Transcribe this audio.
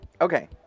Okay